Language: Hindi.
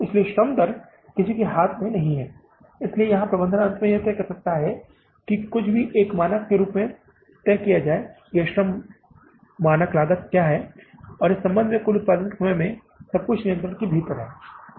इसलिए श्रम दर किसी के हाथ में नहीं है इसलिए यहां प्रबंधन अंत में यह तय कर सकता है कि जो कुछ भी एक मानक के रूप में तय किया गया है या मानक श्रम लागत क्या थी और इस संबंध में कि कुल उत्पादन सब कुछ नियंत्रण के भीतर है